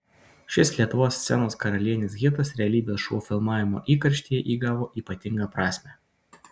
šis lietuvos scenos karalienės hitas realybės šou filmavimo įkarštyje įgavo ypatingą prasmę